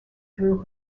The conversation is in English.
through